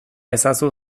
ezazu